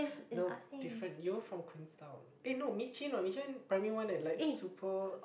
no different you're from Queenstown eh no [what] went primary one eh like super